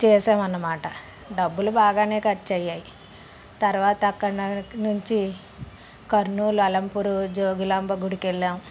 చేసాం అన్నమాట డబ్బులు బాగా ఖర్చు అయినాయి తర్వాత అక్కడన అక్కడ నుంచి కర్నూలు అలంపూర్ జోగులాంబ గుడికి వెళ్ళాం